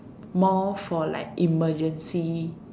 more for like emergency